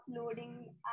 uploading